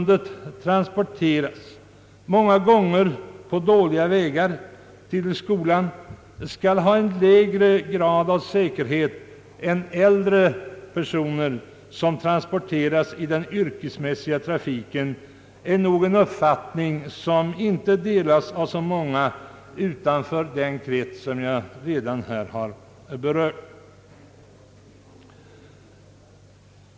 Det är nog en uppfattning som inte delas av så många utanför den krets som jag redan har nämnt, att skolbarn som regelbundet transporteras till skolan, många gånger på dåliga vägar, skall ha en lägre grad av säkerhet än äldre personer som transporteras av den yrkesmässiga trafiken.